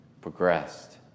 progressed